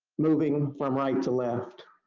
moving from right to left.